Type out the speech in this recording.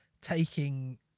taking